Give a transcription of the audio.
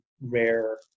rare